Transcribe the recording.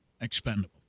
expendable